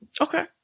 Okay